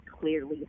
clearly